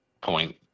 point